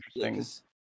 interesting